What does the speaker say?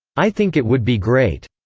i think it would be great.